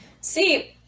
See